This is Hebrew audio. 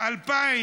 2017